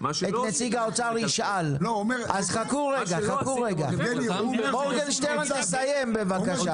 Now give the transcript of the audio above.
נציג האוצר יוכל לשאול, אבל תנו לו לסיים בבקשה.